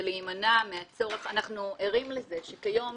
להימנע מן הצורך אנחנו ערים לכך שכיום